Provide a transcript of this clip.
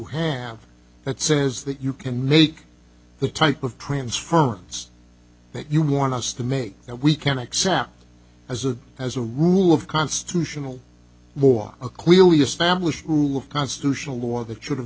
have that says that you can make the type of transference that you want us to make that we can accept as a as a rule of constitutional law a clearly established rule of constitutional law or that should have